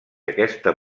aquesta